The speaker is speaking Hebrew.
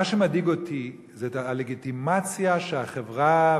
מה שמדאיג אותי זה הלגיטימציה שהחברה,